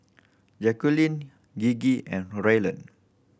Jacqulyn Gigi and Ryland